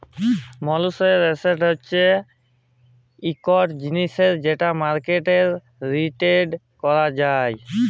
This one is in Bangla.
মালুসের এসেট হছে ইকট জিলিস যেট মার্কেটে টেরেড ক্যরা যায়